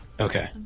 Okay